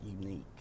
unique